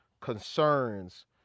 concerns